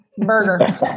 Burger